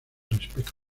respecto